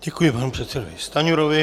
Děkuji panu předsedovi Stanjurovi.